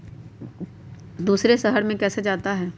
दूसरे शहर मे कैसे जाता?